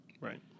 Right